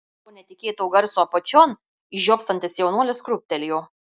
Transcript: po netikėto garso apačion žiopsantis jaunuolis krūptelėjo